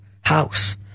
house